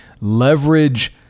leverage